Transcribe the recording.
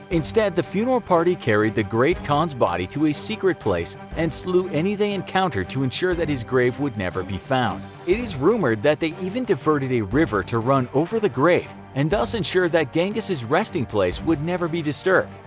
instead the funeral party carried the great khan's body to a secret place and slew any they encountered to ensure that his grave would never be found. it is rumored that they even diverted a river to run over the grave and thus ensure that genghis' resting place would never be disturbed.